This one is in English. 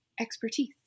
expertise